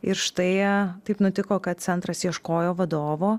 ir štai taip nutiko kad centras ieškojo vadovo